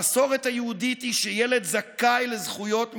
המסורת היהודית היא שילד זכאי לזכויות משלו,